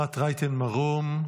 רייטן מרום,